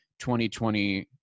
2020